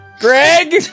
Greg